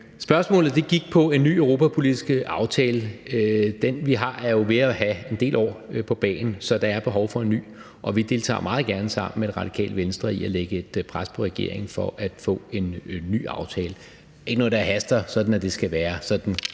Spørgsmålet gik på en ny europapolitisk aftale. Den, vi har, er jo ved at have en del år på bagen, så der er behov for en ny, og vi deltager meget gerne sammen med Radikale Venstre i at lægge et pres på regeringen for at få en ny aftale. Det er ikke noget, der haster, sådan at det skal være